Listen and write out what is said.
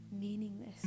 meaningless